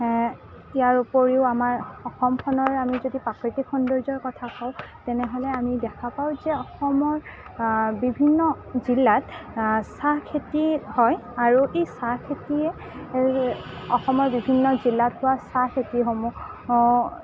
ইয়াৰ উপৰিও আমাৰ অসমখনৰ আমি যদি প্ৰাকৃতিক সৌন্দৰ্যৰ কথা কওঁ তেনেহ'লে আমি দেখা পাওঁ যে অসমৰ বিভিন্ন জিলাত চাহ খেতি হয় আৰু এই চাহ খেতিয়ে অসমৰ বিভিন্ন জিলাত হোৱা চাহ খেতিসমূহ